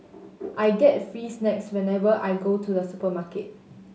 I get free snacks whenever I go to the supermarket